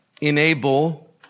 enable